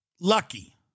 Lucky